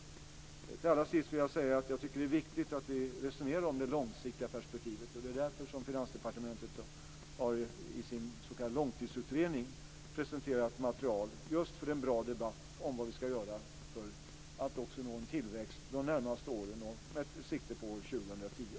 Allra sist vill jag säga att jag tycker att det är viktigt att vi resonerar om det långsiktiga perspektivet. Det är därför som Finansdepartementet i sin s.k. långtidsutredning har presenterat material för en bra debatt om vad vi ska göra för att också nå en tillväxt de närmaste åren med sikte på år 2010.